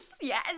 yes